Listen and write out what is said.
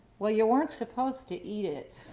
well you weren't supposed to eat it.